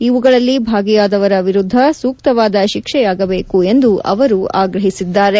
ಇವುಗಳಲ್ಲಿ ಭಾಗಿಯಾದವರ ವಿರುದ್ದ ಸೂಕ್ತವಾದ ಶಿಕ್ಷೆಯಾಗಬೇಕು ಎಂದು ಅವರು ಆಗ್ರಹಿಸಿದ್ದಾರೆ